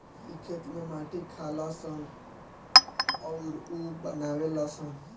इ खेत में माटी खालऽ सन अउरऊ बनावे लऽ सन